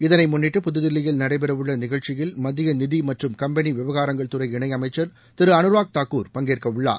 இதனை முன்னிட்டு புதுதில்லியில் நடைபெறவுள்ள நிகழ்ச்சியில் மத்திய நிதி மற்றும் கம்பெனி விவகாரங்கள்துறை இணையமைச்சர் திரு அனுராக் தாக்கூர் பங்கேற்கவுள்ளார்